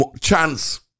chance